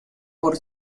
por